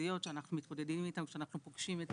המרכזיות שאנחנו מתמודדים איתן כשאנחנו פוגשים את